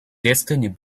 destiny